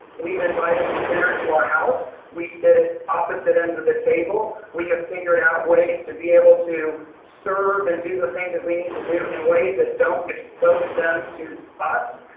we have invited to dinner to our house, we sit at opposite ends of the table, we have figured out ways to be able to serve and do the things that we need to do in ways that don't expose them to us.